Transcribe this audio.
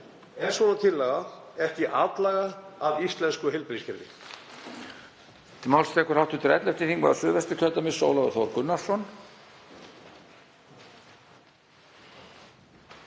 Er svona tillaga ekki atlaga að íslensku heilbrigðiskerfi?